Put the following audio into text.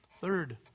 Third